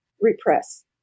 repress